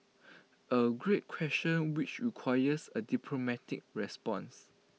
A great question which requires A diplomatic response